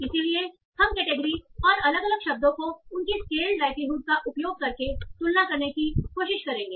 इसलिए हम केटेगरी और अलग अलग शब्दों को उनकी स्केलड लाइक्लीहुड का उपयोग करके तुलना करने की कोशिश करेंगे